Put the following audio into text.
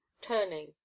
turning